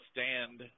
Stand